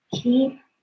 Keep